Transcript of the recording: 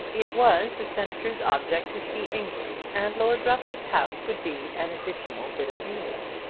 it was the senator's object to see england, and lord rufford's house would be an additional bit of england.